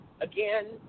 again